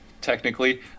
technically